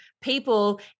people